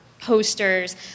posters